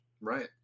Right